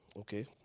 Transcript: Okay